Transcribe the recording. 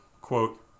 quote